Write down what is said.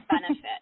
benefit